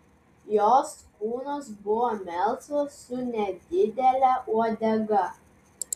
jos kūnas buvo melsvas su nedidele uodega